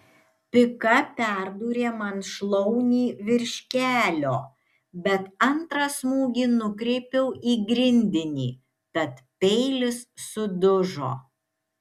pika perdūrė man šlaunį virš kelio bet antrą smūgį nukreipiau į grindinį tad peilis sudužo